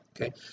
Okay